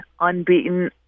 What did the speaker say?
unbeaten